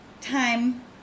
time